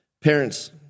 Parents